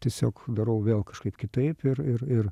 tiesiog darau vėl kažkaip kitaip ir ir ir